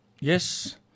yes